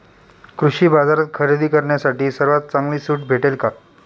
कृषी बाजारात खरेदी करण्यासाठी सर्वात चांगली सूट भेटेल का?